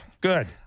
Good